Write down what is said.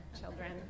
children